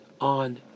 on